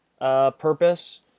purpose